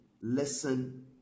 listen